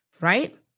Right